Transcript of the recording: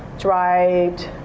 dried